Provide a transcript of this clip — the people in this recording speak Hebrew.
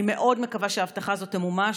אני מאוד מקווה שההבטחה הזאת תמומש.